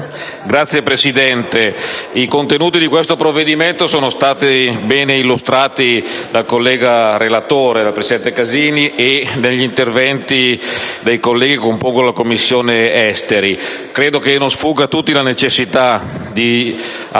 Signor Presidente, i contenuti di questo provvedimento sono stati bene illustrati dal collega relatore, presidente Casini, e negli interventi dei colleghi, in particolare della Commissione esteri. Credo che non sfugga a nessuno la necessità di approvare